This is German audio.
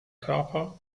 körper